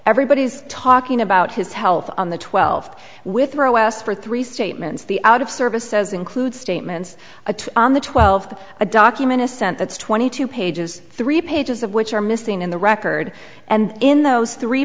everybody is talking about his health on the twelfth withrow asked for three statements the out of service says include statements on the twelfth a document a sent that's twenty two pages three pages of which are missing in the record and in those three